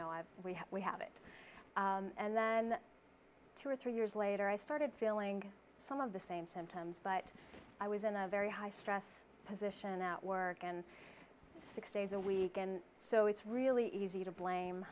have we have it and then two or three years later i started feeling some of the same symptoms but i was in a very high stress position at work and six days a week and so it's really easy to blame